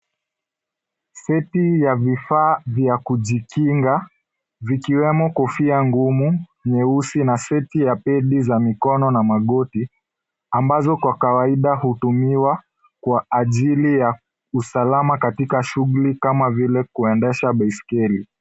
Seti ya vifaa vya kujikinga vikiwemo kofia ngumu nyeusi na seti ya pedi za mikono na magoti, ambazo kwa kawaida hutumiwa kwa ajili ya usalama katika shuguli kama vile kuendesha baiskeli.